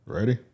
Ready